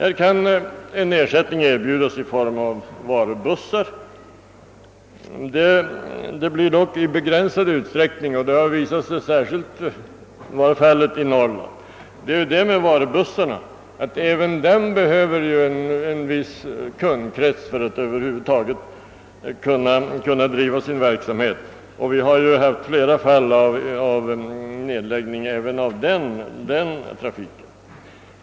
En viss ersättning kan erbjudas i form av varubussar, men endast i begränsad utsträckning; så har visat sig vara fallet särskilt i Norrland. Även varubussarna behöver en viss kundkrets för att över huvud taget kunna driva sin verksamhet, och det har förekommit flera fall av nedläggning även av den trafiken.